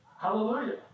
Hallelujah